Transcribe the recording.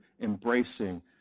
embracing